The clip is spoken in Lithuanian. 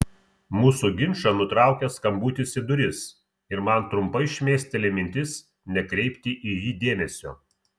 mūsų ginčą nutraukia skambutis į duris ir man trumpai šmėsteli mintis nekreipti į jį dėmesio